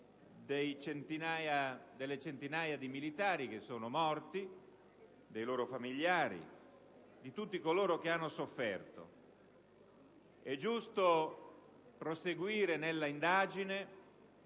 delle centinaia di militari che sono morti, dei loro familiari, di tutti coloro che hanno sofferto. È giusto proseguire nell'indagine,